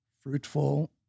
fruitful